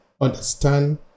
understand